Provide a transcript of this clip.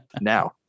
Now